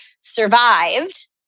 survived